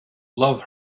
love